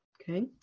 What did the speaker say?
okay